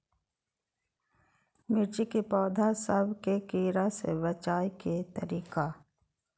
मिर्ची के पौधा सब के कीड़ा से बचाय के तरीका?